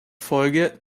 folgen